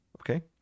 Okay